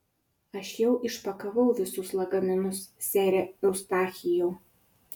aš jau išpakavau visus lagaminus sere eustachijau